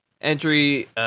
entry